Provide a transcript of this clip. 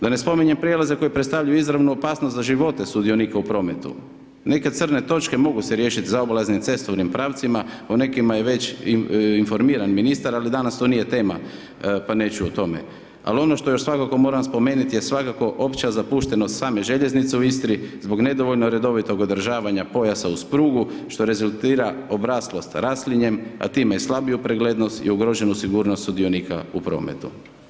Da ne spominjem prelaze koji predstavljaju izravnu opasnost za živote sudionika u prometu, neke crne točke mogu se riješiti zaobilaznim cestovnim pravcima, o nekima je već informiran ministar ali danas to nije tema, pa neću o tome, ali ono što još svakako moram spomenuti, je svakako opća zapuštenost same željeznice u Istri zbog nedovoljnog redovitog održavanja pojasa uz prugu, što rezultira obraslost raslinjem a time i slabiju preglednost i ugroženu sigurnost sudionika u prometu.